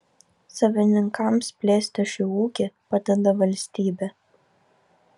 savininkams plėsti šį ūkį padeda valstybė